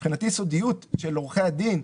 מבחינתי, הסודיות של עורכי-הדין,